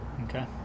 Okay